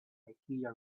ikea